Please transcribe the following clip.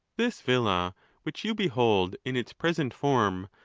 this villa which you behold in its present form,